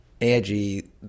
AIG